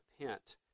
repent